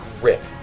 grip